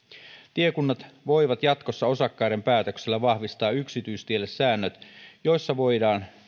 tiekunnat voivat jatkossa osakkaiden päätöksellä vahvistaa yksityistielle säännöt joissa voidaan